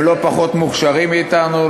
הם לא פחות מוכשרים מאתנו,